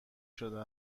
شده